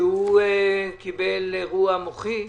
שקיבל אירוע מוחי,